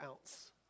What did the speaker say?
ounce